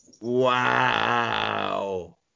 wow